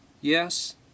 Yes